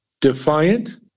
defiant